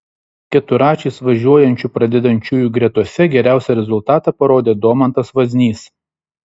keturračiais važiuojančių pradedančiųjų gretose geriausią rezultatą parodė domantas vaznys